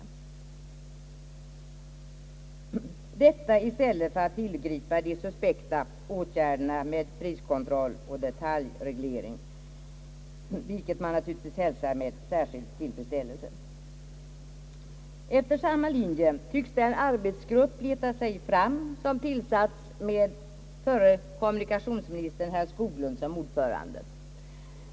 Vad som här föreslås i stället för vidtagandet av de suspekta åtgärderna med priskontroll och detaljreglering är att hälsa med särskild tillfredsställelse. Efter samma linje tycks den arbetsgrupp leta sig fram som tillsatts med förre kommunikationsministern herr Skoglund som ordförande.